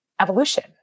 evolution